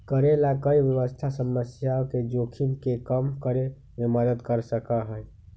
करेला कई स्वास्थ्य समस्याओं के जोखिम के कम करे में मदद कर सका हई